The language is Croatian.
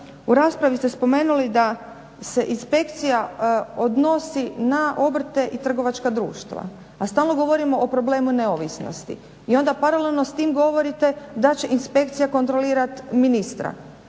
u raspravi ste spomenuli da se inspekcija odnosi na obrte i trgovačka društva, a stalno govorimo o problemu neovisnosti. I onda paralelno s tim govorite da će inspekcija kontrolirati ministra.